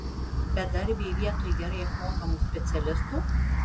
bedarbiai vietoj gerai apmokamų specialistų